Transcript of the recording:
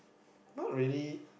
not really